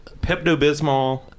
Pepto-Bismol